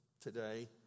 today